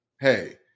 hey